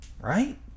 right